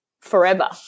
forever